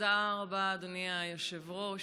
תודה רבה, אדוני היושב-ראש.